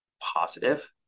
positive